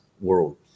world